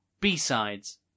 B-sides